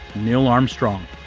neil armstrong.